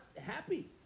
happy